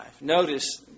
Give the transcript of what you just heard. Notice